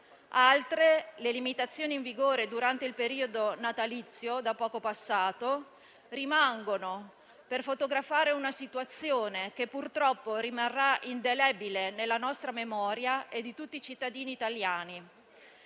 altre - le limitazioni in vigore durante il periodo natalizio, da poco passato - rimangono per fotografare una situazione che, purtroppo, rimarrà indelebile nella memoria nostra e di tutti i cittadini italiani.